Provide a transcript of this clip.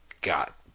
got